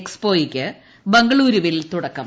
O എക്സ്പോയ്ക്ക് ബംഗളൂരുവിൽ തുടക്കം